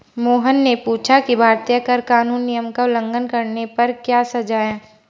मोहन ने पूछा कि भारतीय कर कानून नियम का उल्लंघन करने पर क्या सजा है?